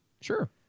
Sure